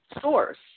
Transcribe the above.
source